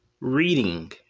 Reading